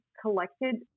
collected